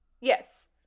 Yes